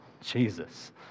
Jesus